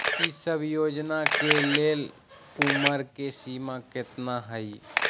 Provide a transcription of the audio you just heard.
ई सब योजना के लेल उमर के सीमा केतना हई?